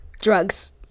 drugs